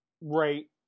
right